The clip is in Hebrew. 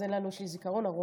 אז יש לי זיכרון ארוך,